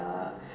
uh